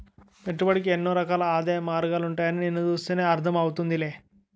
పెట్టుబడికి ఎన్నో రకాల ఆదాయ మార్గాలుంటాయని నిన్ను చూస్తేనే అర్థం అవుతోందిలే